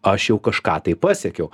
aš jau kažką tai pasiekiau